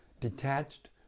detached